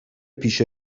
پیش